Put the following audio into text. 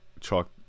chalk